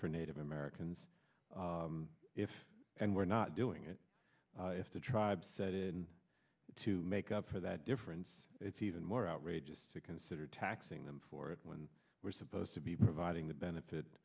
for native americans if and we're not doing it if the tribe set in to make up for that difference it's even more outrageous to consider taxing them for it when we're supposed to be providing that benefit